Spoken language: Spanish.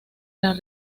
las